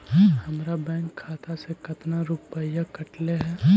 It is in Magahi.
हमरा बैंक खाता से कतना रूपैया कटले है?